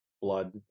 blood